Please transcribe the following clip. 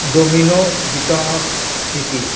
domino ବିତରଣ ସ୍ଥିତି